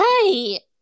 hey